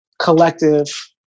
collective